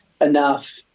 enough